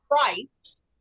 price